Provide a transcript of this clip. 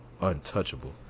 untouchable